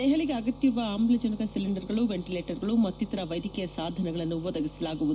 ದೆಹಲಿಗೆ ಅಗತ್ಯವಿರುವ ಅಮ್ಲಜನಕ ಸಿಲಿಂಡರ್ಗಳು ವೆಂಟಲೇಟರ್ಗಳು ಮತ್ತಿತರ ವೈದ್ಯಕೀಯ ಸಾಧನಗಳನ್ನು ಒದಗಿಸಲಾಗುವುದು